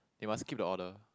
they must keep the order